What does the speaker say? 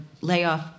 layoff